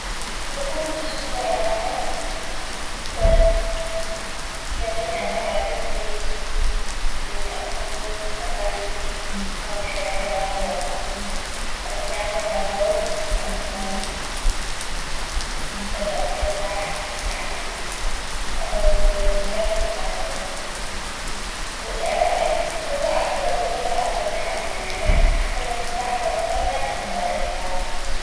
والله معف اشون سؤال هذا بس يعجبني اقعد عل كغسي من اكون تعباني وما بي حيل اقعد عل اغض واقوم يعجبني اقعد عل اغض من اكون اغيد ارتاح يعني او تعبتو من قعدة الكغسي والارائك والله اعتقد افضلها على اثنيناتم يعني ويحد حتى من مرتاح اومن تعبان يقعد عل اريكة عادي